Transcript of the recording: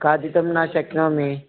खादितुं न शक्नोमि